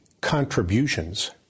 contributions